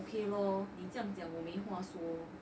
okay lor 你这将将我没话说